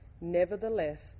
Nevertheless